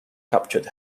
captured